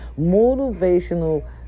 motivational